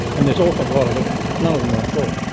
and there's often a lot of it, but none of them were employed.